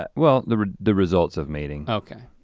but well the the results of mating. okay.